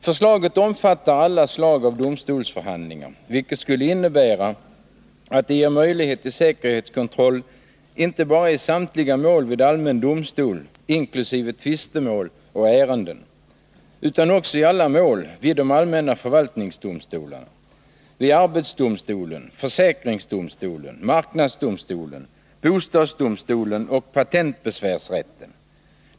Förslaget omfattar alla slag av domstolsförhandlingar, vilket skulle innebära att det ger möjlighet till säkerhetskontroll inte bara i samtliga mål vid allmän domstol, inkl. tvistemål och ärenden, utan också i alla mål vid de allmänna förvaltningsdomstolarna, vid arbetsdomstolen, försäkringsdomstolen, marknadsdomstolen, bostadsdomstolen och patentbesvärsrätten.